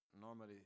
normally